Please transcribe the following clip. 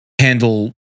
handle